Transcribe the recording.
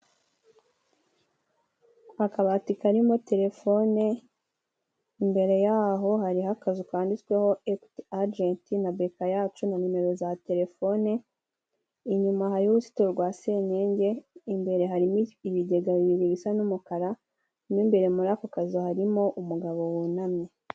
Akabati karimo Telefone imbere yaho hariho akazu kanditsweho Ekwiti Agenti na Beka yacu na nimero za Telefone. Inyuma hari uruzito rwa senyenge, imbere harimo ibigega bibiri bisa n'umukara. Mo imbere muri ako kazu harimo umugabo wunamye.